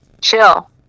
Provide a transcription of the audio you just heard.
chill